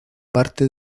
parte